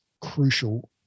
crucial